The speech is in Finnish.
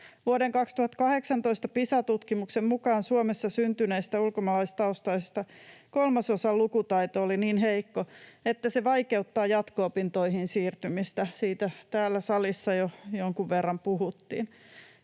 Vuoden 2018 Pisa-tutkimuksen mukaan Suomessa syntyneistä ulkomaalaistaustaisista kolmasosan lukutaito oli niin heikko, että se vaikeuttaa jatko-opintoihin siirtymistä — siitä täällä salissa jo jonkun verran puhuttiin.